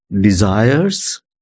desires